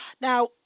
Now